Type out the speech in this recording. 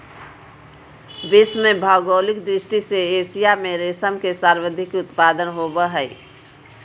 विश्व में भौगोलिक दृष्टि से एशिया में रेशम के सर्वाधिक उत्पादन होबय हइ